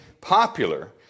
popular